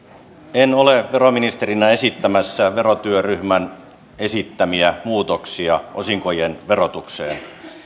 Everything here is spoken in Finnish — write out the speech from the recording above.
en ole veroministerinä esittämässä verotyöryhmän esittämiä muutoksia osinkojen verotukseen